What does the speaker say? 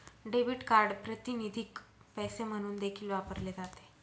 debit card प्रातिनिधिक पैसे म्हणून देखील वापरले जाते